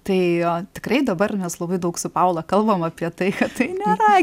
tai tikrai dabar mes labai daug su paula kalbam apie tai kad tai nėra